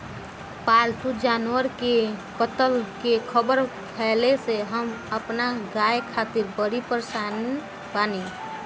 पाल्तु जानवर के कत्ल के ख़बर फैले से हम अपना गाय खातिर बड़ी परेशान बानी